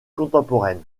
contemporaine